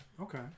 Okay